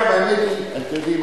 אתם יודעים,